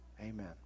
Amen